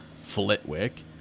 Flitwick